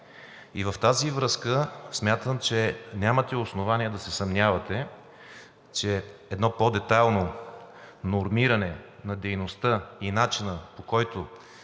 И в тази връзка смятам, че нямате основание да се съмнявате, че едно по-детайлно нормиране на дейността и начина, по който